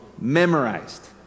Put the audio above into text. memorized